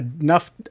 enough